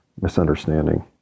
misunderstanding